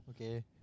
Okay